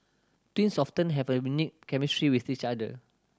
twins often have a unique chemistry with each other